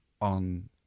on